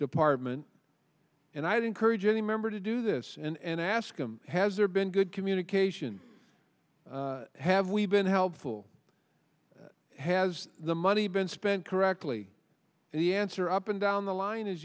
department and i'd encourage any member to do this and ask them has there been good communication have we been helpful has the money been spent correctly and the answer up and down the line is